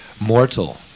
mortal